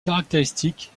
caractéristique